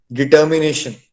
determination